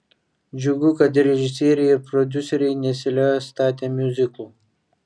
džiugu kad režisieriai ir prodiuseriai nesiliauja statę miuziklų